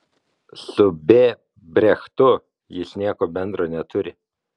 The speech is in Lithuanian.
su b brechtu jis nieko bendra neturi